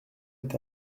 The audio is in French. est